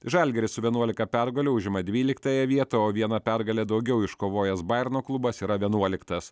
žalgiris su vienuolika pergalių užima dvyliktąją vietą o vieną pergalę daugiau iškovojęs bajerno klubas yra vienuoliktas